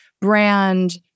brand